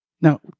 Now